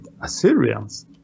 Assyrians